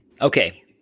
Okay